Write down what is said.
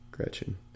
Gretchen